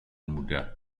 mudah